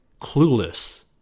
clueless